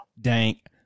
dank